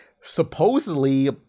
supposedly